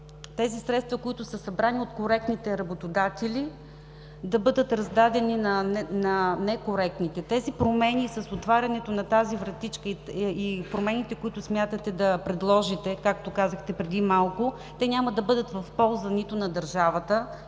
тези средства, които са събрани от коректните работодатели, да бъдат раздадени на некоректните. Тези промени с отварянето на тази вратичка и промените, които смятате да предложите, както казахте преди малко, те няма да бъдат в полза нито на държавата,